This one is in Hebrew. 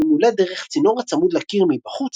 הממולאת דרך צינור הצמוד לקיר מבחוץ,